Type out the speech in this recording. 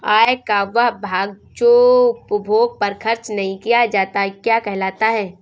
आय का वह भाग जो उपभोग पर खर्च नही किया जाता क्या कहलाता है?